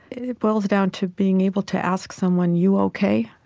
it boils down to being able to ask someone, you ok?